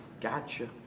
gotcha